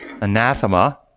anathema